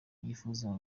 yifuza